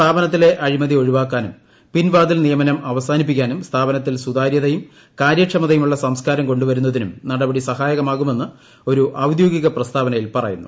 സ്ഥാപനത്തിലെ അഴിമതി ഒഴിവാക്കാനും പിൻവാതിൽ നിയമനം അവസാനിപ്പിക്കാനും സ്ഥാപനത്തിൽ സുതാര്യതയും കാര്യക്ഷമതയുമുള്ള സംസ്കാരം കൊണ്ടുവരുന്നതിനും നടപടി സഹായകമാകുമെന്ന് ഒരു ഒദ്യോഗിക പ്രസ്താവനയിൽ പറയുന്നു